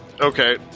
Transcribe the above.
Okay